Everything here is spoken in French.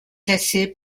classé